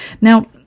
Now